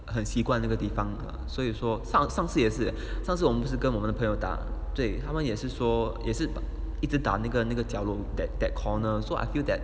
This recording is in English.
很习惯哪个地方啊所以说像上次也是上次我们不是跟我们的朋友打对他们也是说也是一直打哪个哪个角落 that that corner so I feel that